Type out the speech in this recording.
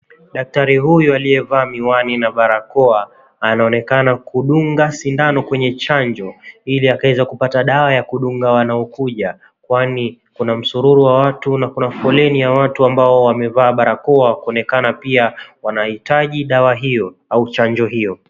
Daktari huyu aliyevaa miwani na barakoa anaonekana kudunga sindano kwenye chanjo iliakaweze kupata dawa ya kudunga wanaokuja kwani kuna msururu wa watu na kuna foleni ya watu ambao wamevaa barakoa kuonekana pia wanahitaji dawa hiyo au chanjo hiyo.